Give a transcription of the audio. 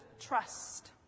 trust